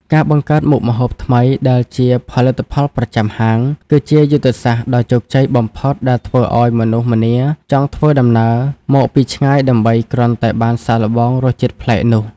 ការបង្កើតមុខម្ហូបថ្មីដែលជា "ផលិតផលប្រចាំហាង" គឺជាយុទ្ធសាស្ត្រដ៏ជោគជ័យបំផុតដែលធ្វើឱ្យមនុស្សម្នាចង់ធ្វើដំណើរមកពីឆ្ងាយដើម្បីគ្រាន់តែបានសាកល្បងរសជាតិប្លែកនោះ។